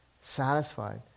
satisfied